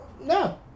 No